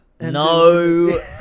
No